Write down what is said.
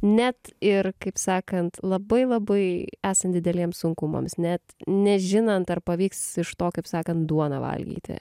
net ir kaip sakant labai labai esant dideliems sunkumams net nežinant ar pavyks iš to kaip sakant duoną valgyti